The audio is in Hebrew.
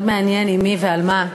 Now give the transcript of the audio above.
מאוד מעניין עם מי ועל מה.